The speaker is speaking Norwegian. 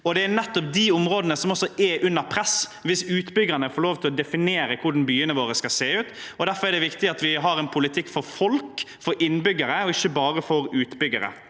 Det er nettopp de områdene som også er under press hvis utbyggerne får lov til å definere hvordan byene våre skal se ut. Derfor er det viktig at vi har en politikk for folk, for innbyggere og ikke bare for utbyggere.